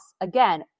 Again